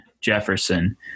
jefferson